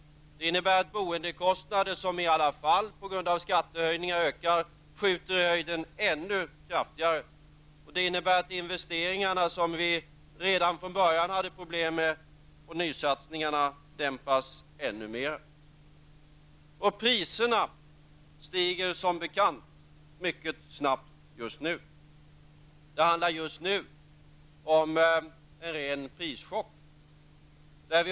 Det innebär att boendekostnader, som i alla fall ökar till följd av skattehöjningar, skjuter i höjden ännu kraftigare. Det innebär att investeringarna och nysatsningarna, som vi redan från början hade problem med, dämpas ännu mera. Priserna stiger som bekant mycket snabbt nu. Det handlar just nu om en ren prischock.